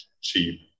cheap